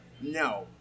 No